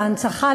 להנצחה,